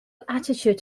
attitude